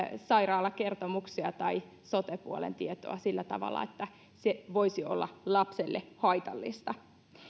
sairaalakertomuksia tai sote puolen tietoa sillä tavalla että se voisi olla lapselle haitallista